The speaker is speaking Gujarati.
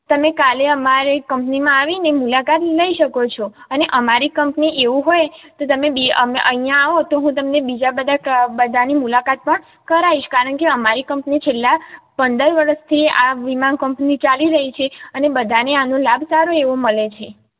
તમે કાલે અમારી કંપનીમાં આવીને મુલાકાત લઇ શકો છો અને અમારી કમ્પની એવું હોય તો તમે અહીંયા આવો તો હું તમને બીજા બધાની મુલાકાત પણ કરાવીશ કારણકે અમારી કંપની છેલ્લા પંદર વરસથી આ વીમા કંપની ચાલી રહી છે અને બધાને આનો લાભ સારો એવો મળે છે